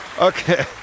Okay